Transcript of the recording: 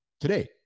today